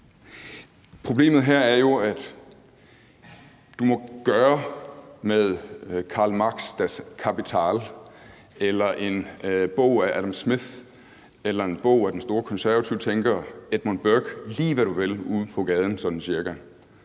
Problemet her er jo, at du må gøre med Karl Marx' »Das Kapital« eller en bog af Adam Smith eller en bog af den store konservative tænker Edmund Burke, lige hvad du vil, ude på gaden – sådan cirka.